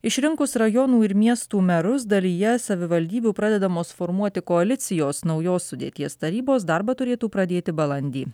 išrinkus rajonų ir miestų merus dalyje savivaldybių pradedamos formuoti koalicijos naujos sudėties tarybos darbą turėtų pradėti balandį